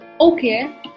Okay